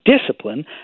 discipline